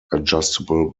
adjustable